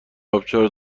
آبشار